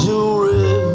Jewelry